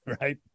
right